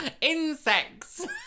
insects